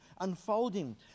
unfolding